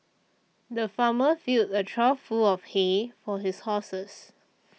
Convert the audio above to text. the farmer filled a trough full of hay for his horses